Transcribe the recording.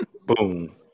Boom